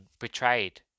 betrayed